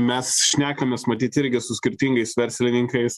mes šnekamės matyt irgi su skirtingais verslininkais